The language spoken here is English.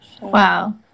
Wow